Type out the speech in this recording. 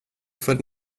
för